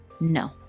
No